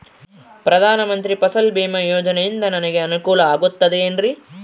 ಪ್ರಧಾನ ಮಂತ್ರಿ ಫಸಲ್ ಭೇಮಾ ಯೋಜನೆಯಿಂದ ನನಗೆ ಅನುಕೂಲ ಆಗುತ್ತದೆ ಎನ್ರಿ?